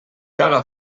caga